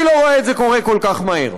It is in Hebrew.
אני לא רואה את זה קורה כל כך מהר.